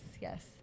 yes